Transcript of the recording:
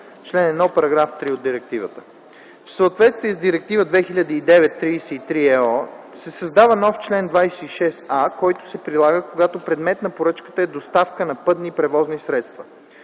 (чл. 1, § 3 от директивата). В съответствие с Директива 2009/33/ ЕО се създава нов чл. 26а, който се прилага, когато предмет на поръчката е доставка на пътни превозни средства.